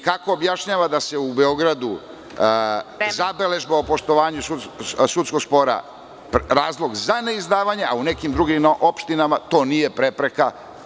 Kako objašnjava da se u Beogradu zabeležba o poštovanju sudskog spora razlog za neizdavanje, a u nekim drugim opštinama to nije prepreka.